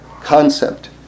concept